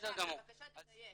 בבקשה תדייק.